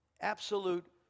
absolute